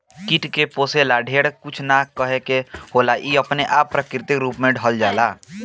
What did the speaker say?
कीट के पोसे ला ढेरे कुछ ना करे के होला इ अपने आप प्राकृतिक रूप से बढ़ जाला